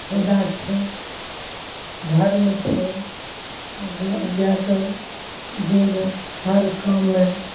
फैदा छै धर्म छै गायके दूध हर काममे